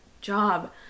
job